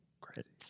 crazy